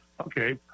Okay